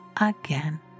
again